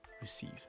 receive